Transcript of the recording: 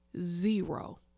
zero